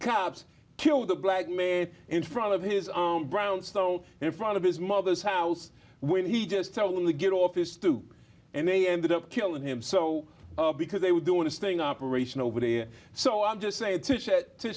cops killed a black man in front of his brownstone in front of his mother's house when he just tell them to get off his stoop and they ended up killing him so because they were doing a sting operation over there so i'll just say